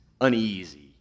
uneasy